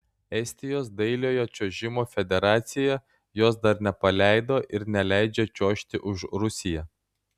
estijos dailiojo čiuožimo federacija jos dar nepaleido ir neleidžia čiuožti už rusiją